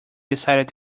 decided